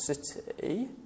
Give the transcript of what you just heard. city